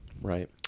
right